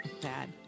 bad